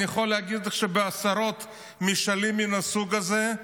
אני יכול להגיד לכם שבעשרות משאלים מהסוג הזה,